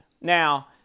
Now